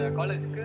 college